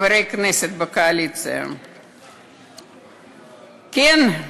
חברי הכנסת בקואליציה, כן,